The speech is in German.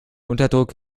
unterdruck